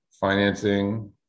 financing